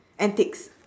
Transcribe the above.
antics